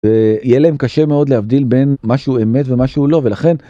יהיה להם קשה מאוד להבדיל בין מה שהוא אמת ומה שהוא לא ולכן.